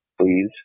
please